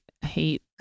hate